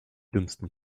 dümmsten